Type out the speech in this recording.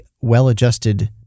well-adjusted